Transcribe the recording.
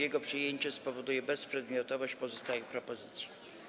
Jego przyjęcie spowoduje bezprzedmiotowość pozostałych propozycji.